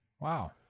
wow